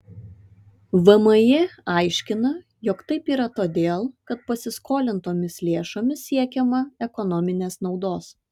vmi aiškina jog taip yra todėl kad pasiskolintomis lėšomis siekiama ekonominės naudos